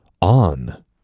on